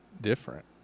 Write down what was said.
different